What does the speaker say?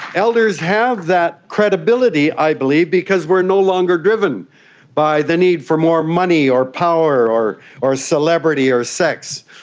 elders have that credibility, i believe, because we are no longer driven by the need for more money or power or or celebrity or sex.